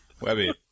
Webby